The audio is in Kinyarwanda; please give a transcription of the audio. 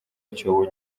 icyobo